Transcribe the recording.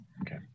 okay